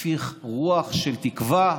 תפיח רוח של תקווה.